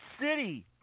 City